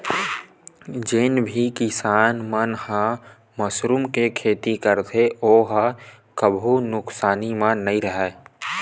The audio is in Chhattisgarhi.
जेन भी किसान मन ह मसरूम के खेती करथे ओ ह कभू नुकसानी म नइ राहय